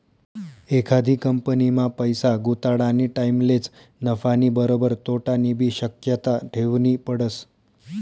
एखादी कंपनीमा पैसा गुताडानी टाईमलेच नफानी बरोबर तोटानीबी शक्यता ठेवनी पडस